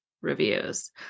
reviews